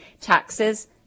taxes